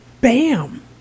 bam